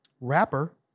wrapper